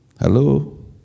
Hello